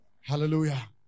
hallelujah